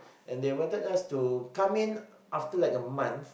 and they wanted us to come in after like a month